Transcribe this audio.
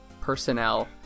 personnel